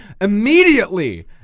immediately